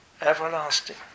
everlasting